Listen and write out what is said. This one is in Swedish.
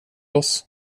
oss